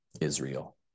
Israel